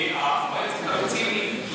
כי מועצת הביצים,